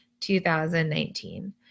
2019